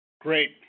Great